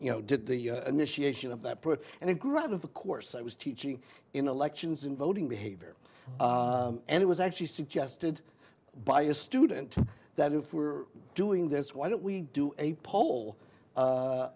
you know did the initiation of that put and it grew out of the course i was teaching in elections in voting behavior and it was actually suggested by a student that if we were doing this why don't we do a poll